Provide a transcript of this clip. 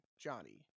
Johnny